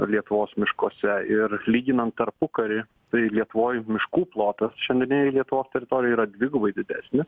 lietuvos miškuose ir lyginant tarpukarį tai lietuvoj miškų plotas šiandieninėj lietuvos teritorijoj yra dvigubai didesnis